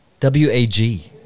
W-A-G